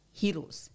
heroes